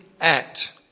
act